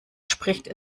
spricht